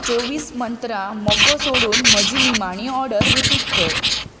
चोव्वीस मंत्रा मको सोडून म्हजी निमाणी ऑर्डर रिपीट कर